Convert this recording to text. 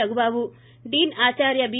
Raghubabu dean ఆదార్య B